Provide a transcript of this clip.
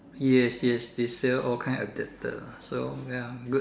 yes yes yes they sell all kind adaptors lah so ya good